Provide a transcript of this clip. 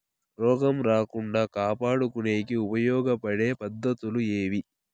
రోగం రాకుండా కాపాడుకునేకి ఉపయోగపడే పద్ధతులు ఏవి?